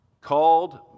called